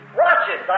watches